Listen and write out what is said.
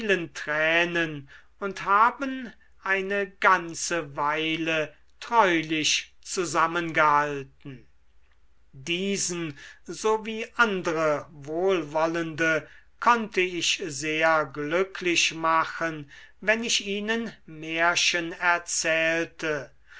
tränen und haben eine ganze weile treulich zusammengehalten diesen so wie andre wohlwollende konnte ich sehr glücklich machen wenn ich ihnen märchen erzählte